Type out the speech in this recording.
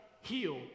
heal